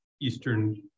eastern